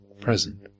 present